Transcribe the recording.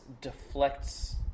deflects